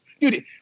Dude